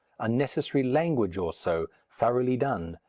a necessary language or so, thoroughly done,